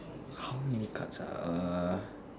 how many cards are err